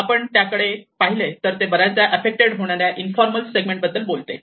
जर आपण त्याकडे पाहिले तर ते बर्याचदा आफ्फेक्टेड होणाऱ्या इन्फॉर्मल सेटलमेंट बद्दल बोलते